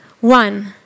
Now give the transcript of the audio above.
One